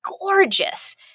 gorgeous